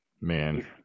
man